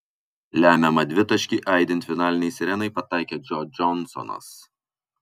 lemiamą dvitaškį aidint finalinei sirenai pataikė džo džonsonas